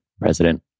president